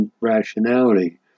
rationality